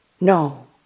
No